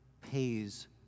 pays